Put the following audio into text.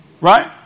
Right